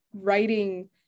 writing